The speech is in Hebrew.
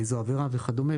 באיזו עבירה וכדומה,